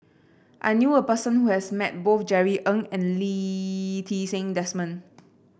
I knew a person who has met both Jerry Ng and Lee Ti Seng Desmond